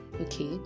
okay